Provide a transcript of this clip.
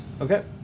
Okay